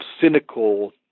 cynical